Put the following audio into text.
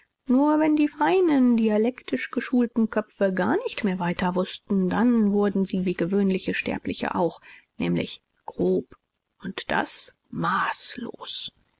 nur wenn die feinen dialektisch geschulten köpfe gar nicht mehr weiter wußten dann wurden sie wie gewöhnliche sterbliche auch nämlich grob und das maßlos